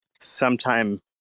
sometime